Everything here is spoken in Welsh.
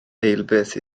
eilbeth